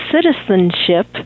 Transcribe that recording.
citizenship